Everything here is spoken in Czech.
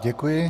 Děkuji.